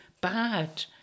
bad